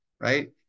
Right